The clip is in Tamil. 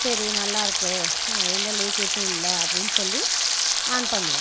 சரி நல்லாயிருக்கு எந்த லீக்கேஜூம் இல்லை அப்படின்னு சொல்லி ஆன் பண்ணுவோம்